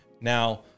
Now